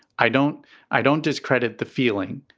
i don't i don't discredit the feeling.